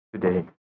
today